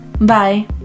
Bye